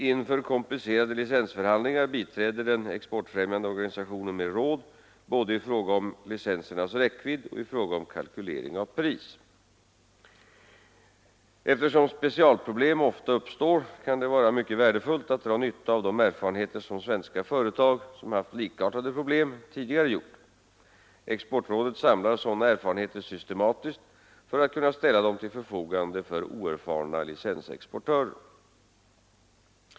Inför komplicerade licensförhandlingar biträder den exportfrämjande organisationen med råd, Såde i fråga om licensernas räckvidd och i fråga om kalkylering av pris. Eftersom specialproblem ofta uppstår kan det vara mycket värdefullt att dra nytta av de erfarenheter som svenska företag, som haft likartade problem, tidigare gjort. Exportrådet samlar sådana erfarenheter systematiskt för att kunna ställa dem till förfogande för oerfarna licensexportörer.